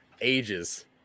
ages